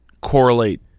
correlate